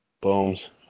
Booms